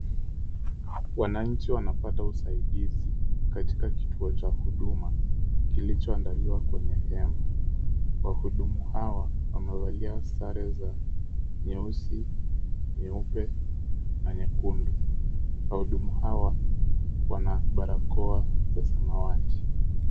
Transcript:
Wananchi wanapata usaidizi katika kituo cha huduma kilichoandaliwa kwenye hema. Wahudumu hawa wamevalia sare za nyeusi, nyeupe na nyekundu. Wahudumu hawa wana barakoa ya samawati.